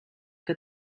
que